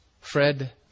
Fred